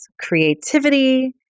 creativity